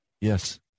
Yes